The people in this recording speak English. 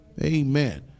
Amen